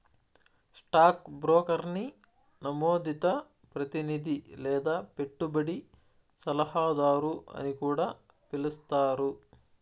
stock బ్రోకర్ని నమోదిత ప్రతినిది లేదా పెట్టుబడి సలహాదారు అని కూడా పిలిస్తారు